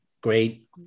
great